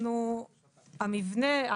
המבנה,